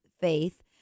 faith